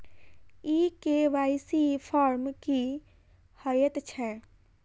ई KYC form की हएत छै?